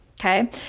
okay